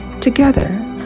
together